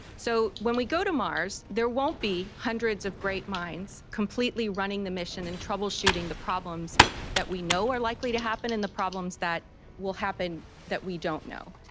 so when we go to mars there won't be hundreds of great minds completely running the mission and troubleshooting the problems that we know are likely to happen, and the problems that will happen that we don't know.